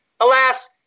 Alas